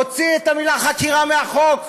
להוציא את המילה "חקירה" מהחוק.